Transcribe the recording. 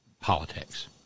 politics